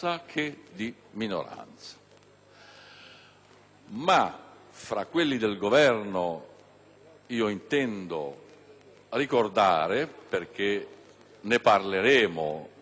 fra quelli del Governo, intendo ricordare, perché ne parleremo nelle prossime ore,